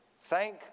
Thank